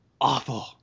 awful